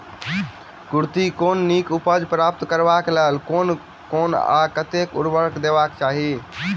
कुर्थी केँ नीक उपज प्राप्त करबाक लेल केँ कुन आ कतेक उर्वरक देबाक चाहि?